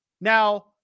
Now